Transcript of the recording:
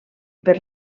per